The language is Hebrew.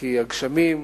כי הגשמים,